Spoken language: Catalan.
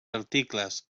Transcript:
articles